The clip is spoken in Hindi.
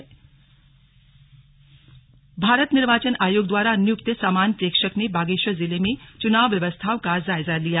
तैयारी जायजा बागेश्वर भारत निर्वाचन आयोग द्वारा नियुक्त सामान्य प्रेक्षक ने बागेश्वर जिले में चुनाव व्यवस्थाओं का जायजा लिया